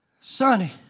Sonny